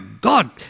God